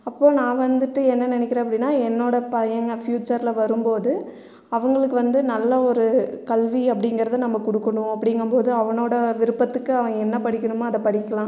அப்போது நான் வந்துட்டு என்ன நினக்கிறேன் அப்படின்னா என்னோடய பையன்கள் ஃபியூச்சரில் வரும்போது அவர்களுக்கு வந்து நல்ல ஒரு கல்வி அப்படிங்கறதை நம்ம குடுக்குணும் அப்படிங்கும்போது அவனோடய விருப்பத்துக்கு அவன் என்ன படிக்கணுமோ அதை படிக்கலாம்